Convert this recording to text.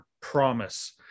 promise